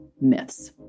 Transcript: myths